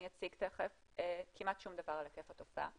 אציג תיכף כמעט שום דבר על היקף התופעה.